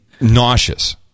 nauseous